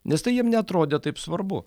nes tai jiem neatrodė taip svarbu